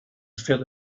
fell